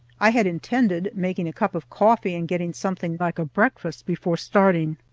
i had intended making a cup of coffee and getting something like a breakfast before starting,